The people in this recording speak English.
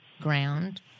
Ground